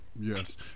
yes